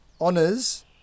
honors